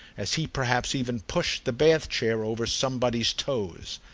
as he perhaps even pushed the bath-chair over somebody's toes.